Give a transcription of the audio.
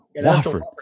Wofford